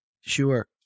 Sure